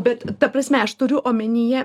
bet ta prasme aš turiu omenyje